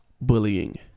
bullying